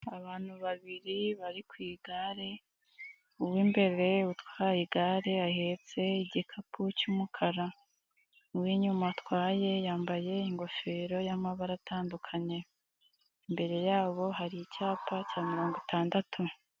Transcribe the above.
Abantu babiri bari ku igare , uw'immbere utwaye igare ahetse igikapu cy'umukara. Uwo inyuma atwaye yambaye ingofero y'amabara atandukanye. Imbere yabo hari icyapa cya mirongo itandatu.